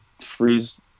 freeze